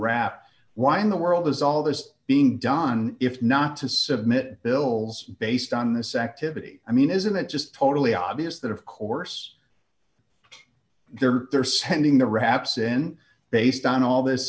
rap why in the world is all this being done if not to submit bills based on this activity i mean isn't that just totally obvious that of course they're they're sending the raps in based on all this